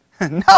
No